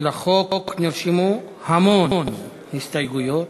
לחוק נרשמו המון הסתייגויות.